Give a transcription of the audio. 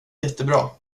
jättebra